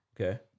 Okay